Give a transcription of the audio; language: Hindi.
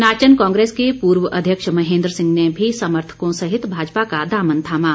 नाचन कांग्रेस के पूर्व अध्यक्ष महेन्द्र सिंह ने भी समर्थकों सहित भाजपा का दामन थामा